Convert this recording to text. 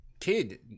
kid